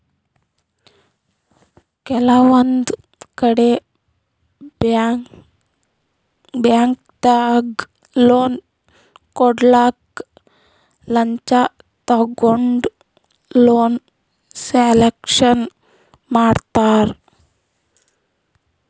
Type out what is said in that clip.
ಕೆಲವೊಂದ್ ಕಡಿ ಬ್ಯಾಂಕ್ದಾಗ್ ಲೋನ್ ಕೊಡ್ಲಕ್ಕ್ ಲಂಚ ತಗೊಂಡ್ ಲೋನ್ ಸ್ಯಾಂಕ್ಷನ್ ಮಾಡ್ತರ್